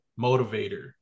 motivator